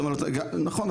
נכון.